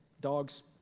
dogs